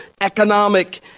economic